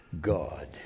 God